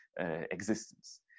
existence